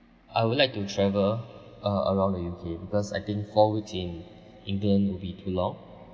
I would like to travel uh around the U_K because I think four weeks in england will be too long